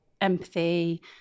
empathy